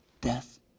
death